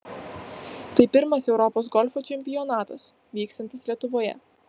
tai pirmas europos golfo čempionatas vykstantis lietuvoje